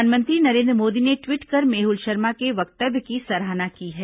प्रधानमंत्री नरेन्द्र मोदी ने ट्वीट कर मेहुल शर्मा के वक्तव्य की सराहना की है